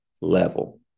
level